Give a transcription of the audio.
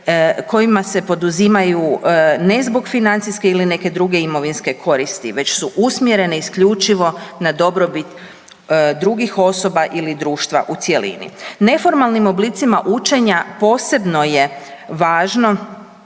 kojima se poduzimaju ne zbog financijske ili neke druge imovinske koristi već su usmjerene isključivo na dobrobit drugih osoba ili društva u cjelini. Neformalnim oblicima učenja posebno je važno